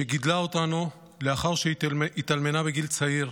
שגידלה אותנו לאחר שהתאלמנה בגיל צעיר,